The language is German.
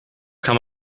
kann